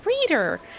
reader